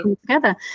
together